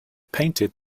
painted